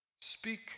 speak